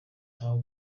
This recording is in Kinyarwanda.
ntawe